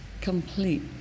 complete